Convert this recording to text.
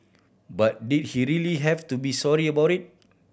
but did he really have to be sorry about it